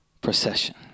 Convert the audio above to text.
procession